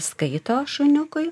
skaito šuniukui